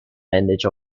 bandage